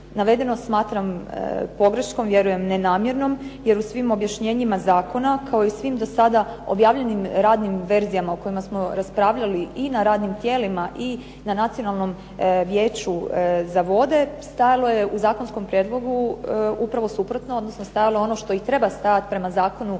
Navedeno smatram pogreškom, vjerujem ne namjernom, jer u svim objašnjenjima zakona, kao i svim do sada objavljenim radnim verzijama o kojima smo raspravljali i na radnim tijelima, i na Nacionalnom vijeću za vode, stajalo je u zakonskom prijedlogu upravo suprotno, odnosno stajalo je ono što i treba stajati prema Zakonu